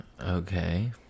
Okay